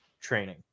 training